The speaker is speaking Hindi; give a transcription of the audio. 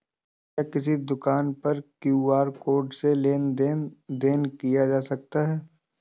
क्या किसी दुकान पर क्यू.आर कोड से लेन देन देन किया जा सकता है?